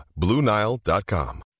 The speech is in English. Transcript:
BlueNile.com